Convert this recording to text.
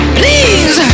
please